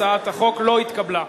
הצעת החוק לא התקבלה.